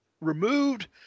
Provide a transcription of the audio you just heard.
removed